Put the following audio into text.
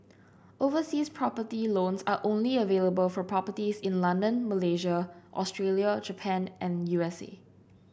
overseas property loans are only available for properties in London Malaysia Australia Japan and U S A